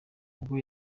ubwo